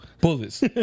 Bullets